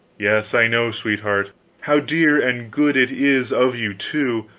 yes, i know, sweetheart how dear and good it is of you, too!